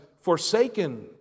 forsaken